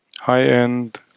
High-end